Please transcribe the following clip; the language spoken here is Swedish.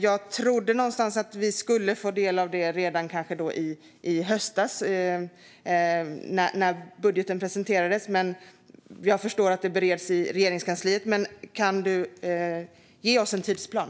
Jag trodde att vi skulle ha fått ta del av dem redan i höstas när budgeten presenterades, men jag förstår att det bereds i Regeringskansliet. Kan vi få en tidsplan?